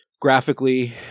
graphically